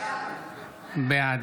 בעד